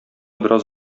бераз